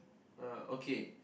uh okay